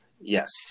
Yes